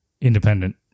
independent